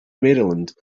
maryland